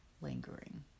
lingering